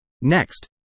Next